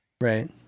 Right